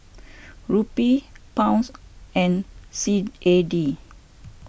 Rupee Pounds and C A D